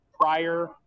prior